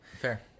Fair